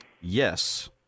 Yes